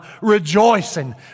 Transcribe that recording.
rejoicing